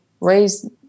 raise